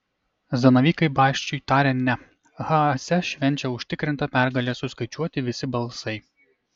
zanavykai basčiui tarė ne haase švenčia užtikrintą pergalę suskaičiuoti visi balsai